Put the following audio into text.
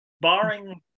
barring